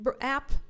app